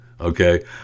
okay